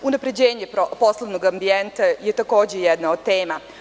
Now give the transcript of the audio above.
Unapređenje poslovnog ambijenta je takođe jedna od tema.